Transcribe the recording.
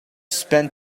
spend